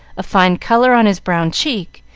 a fine color on his brown cheek,